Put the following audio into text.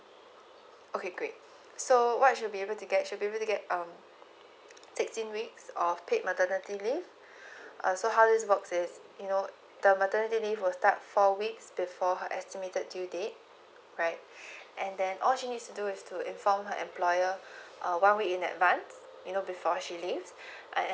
okay great so what you should be able to get you should be able to get uh sixteen weeks of paid maternity leave uh so how this works is you know the maternity leave will start four weeks before her estimated due date alright and then all she's do is to inform her employer uh one week in advance you know before she leave and